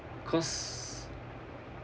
cause